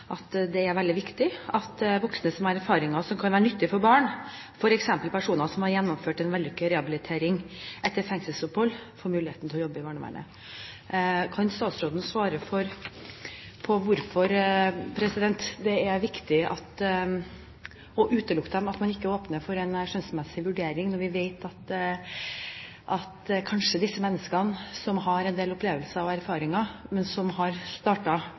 at det er veldig viktig at voksne som har erfaringer som kan være nyttige for barn, f.eks. personer som har gjennomført en vellykket rehabilitering etter fengselsopphold, får muligheten til å jobbe i barnevernet. Kan statsråden svare på hvorfor det er viktig å utelukke disse personene, at man ikke åpner for en skjønnsmessig vurdering når vi vet at kanskje disse menneskene – som har en del opplevelser og erfaringer, men som har